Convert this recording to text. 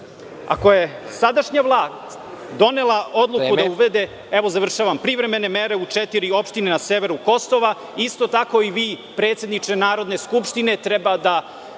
Ako je sadašnja vlast donela odluku da uvede…(Predsednik: Vreme.)… Evo, završavam, privremene mere u četiri opštine na severu Kosova, isto tako i vi predsedniče Narodne skupštine treba da